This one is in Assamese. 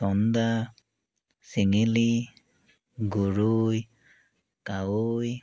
চন্দা চেঙেলি গৰৈ কাৱৈ